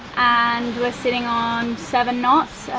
and we're sitting on seven knots,